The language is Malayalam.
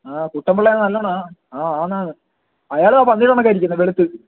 ആ കുട്ടൻപിള്ളയുടെ നല്ലതാണോ ആ ആന്നാന്ന് അയാൾ ആ പന്നീടെ കണക്കാ ഇരിക്കുന്നത് വെളുത്ത്